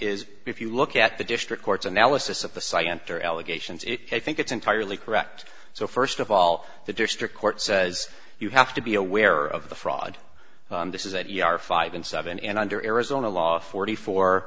is if you look at the district court's analysis of the site enter allegations it i think it's entirely correct so first of all the district court says you have to be aware of the fraud this is that you are five and seven and under arizona law forty four